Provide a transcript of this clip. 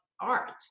art